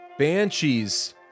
banshees